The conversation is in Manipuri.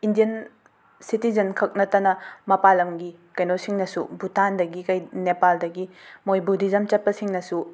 ꯏꯟꯗꯤꯌꯟ ꯁꯤꯇꯤꯖꯟ ꯈꯛ ꯅꯠꯇꯅ ꯃꯄꯥꯜ ꯂꯝꯒꯤ ꯀꯩꯅꯣꯁꯤꯡꯅꯁꯨ ꯚꯨꯇꯥꯟꯗꯒꯤ ꯀꯩ ꯅꯦꯄꯥꯜꯗꯒꯤ ꯃꯣꯏ ꯚꯨꯙꯤꯖꯝ ꯆꯠꯄꯁꯤꯡꯅꯁꯨ